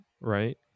right